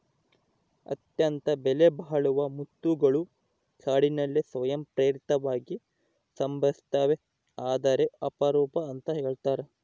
ಅತ್ಯಂತ ಬೆಲೆಬಾಳುವ ಮುತ್ತುಗಳು ಕಾಡಿನಲ್ಲಿ ಸ್ವಯಂ ಪ್ರೇರಿತವಾಗಿ ಸಂಭವಿಸ್ತವೆ ಆದರೆ ಅಪರೂಪ ಅಂತ ಹೇಳ್ತರ